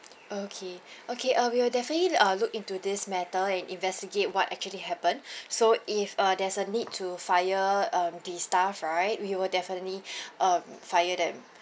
okay okay uh we will definitely uh look into this matter and investigate what actually happened so if uh there's a need to fire um the staff right we will definitely um fire them